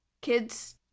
kids